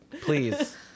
please